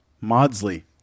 Maudsley